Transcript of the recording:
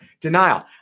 denial